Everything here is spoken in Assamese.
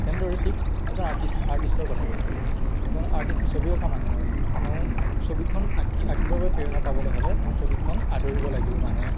তেনেদৰে ঠিক এজন আৰ্টিষ্ট আৰ্টিষ্টৰ কথা কৈছোঁ এজন আৰ্টিষ্ট ছবি অঁকা মানুহ হয় তেওঁ ছবিখন আঁকি আঁকিবৰ বাবে প্ৰেৰণা পাবলৈ হ'লে তেওঁৰ ছবিখন আদৰিব লাগিব মানুহে